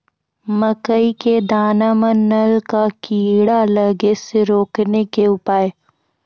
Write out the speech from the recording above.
मकई के दाना मां नल का कीड़ा लागे से रोकने के उपाय?